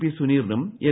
P സുനീറിനും N